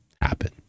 happen